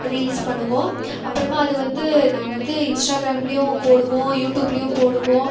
reels பண்ணுவோம் அப்புறமா அது வந்து நாங்கள் வந்து இன்ஸ்டாகிராம்லேயும் போடுவோம் யூடியூப்லேயும் போடுவோம்